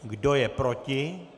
Kdo je proti?